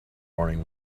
morning